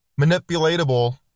manipulatable